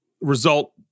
result